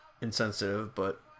insensitive—but